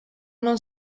non